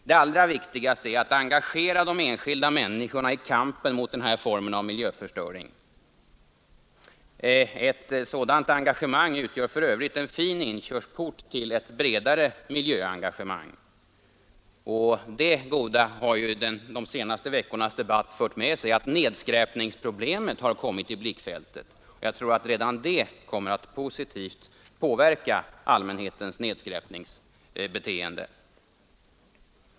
Det allra viktigaste är att engagera de enskilda människorna i kampen mot den här formen av miljöförstöring. Ett sådant engagemang utgör för övrigt en fin inkörsport till ett bredare miljöengagemang. Det goda har de senaste veckornas debatt fört med sig att nedskräpningsproblemet har kommit i blickfältet. Jag tror att redan det kommer att positivt påverka allmänhetens nedskräpningsbeteende.